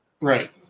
Right